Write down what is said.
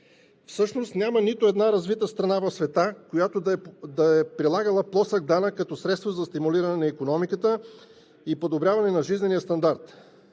Всъщност няма нито една развита страна в света, която да е прилагала плосък данък като средство за стимулиране на икономиката и подобряване на жизнения стандарт.